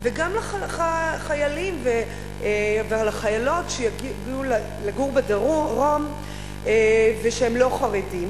וגם לחיילים ולחיילות שיגיעו לגור בדרום שהם לא חרדים,